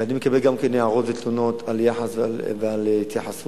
ואני מקבל גם כן הערות ותלונות על יחס ועל התייחסות,